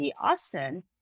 Austin